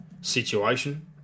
situation